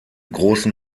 großen